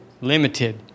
Limited